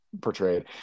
portrayed